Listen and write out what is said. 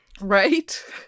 Right